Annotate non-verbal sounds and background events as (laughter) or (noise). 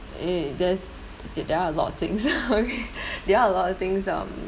eh there's there are a lot of things (laughs) okay there are a lot of things um